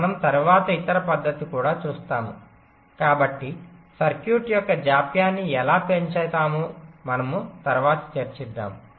మనం తరువాత ఇతర పద్ధతిని కూడా చూస్తాము కాబట్టి సర్క్యూట్ యొక్క జాప్యాన్ని ఎలా పెంచుతాము మనము తరువాత చర్చిద్దాము